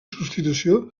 substitució